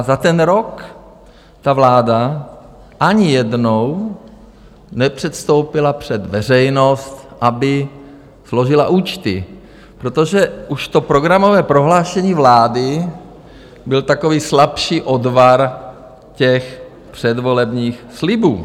Za ten rok vláda ani jednou nepředstoupila před veřejnost, aby složila účty, protože už to programové prohlášení vlády byl takový slabší odvar předvolebních slibů.